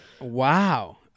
Wow